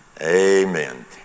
Amen